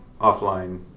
offline